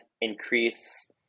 increase